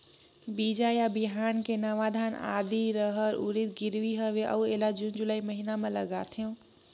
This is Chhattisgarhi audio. बीजा या बिहान के नवा धान, आदी, रहर, उरीद गिरवी हवे अउ एला जून जुलाई महीना म लगाथेव?